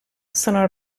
sono